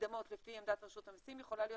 מקדמות לפי עמדת רשות המיסים יכולה להיות